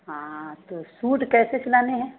हाँ तो सूट कैसे सिलाने हैं